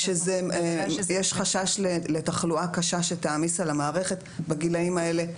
שיש חשש לתחלואה קשה שתעמיס על המערכת בגילאים האלה.